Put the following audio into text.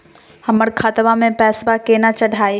हमर खतवा मे पैसवा केना चढाई?